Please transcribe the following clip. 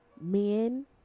men